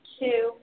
two